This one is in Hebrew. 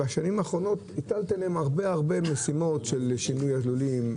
בשנים האחרונות הטלתם עליהם הרבה מאוד משימות של שינוי הלולים,